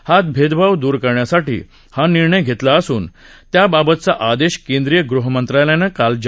हा भेदभाव दूर करण्यासाठी हा निर्णय घेतला असून त्याबाबतचा आदेश केंद्रीय गृहमंत्रालयानं काल जारी केला